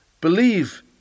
Believe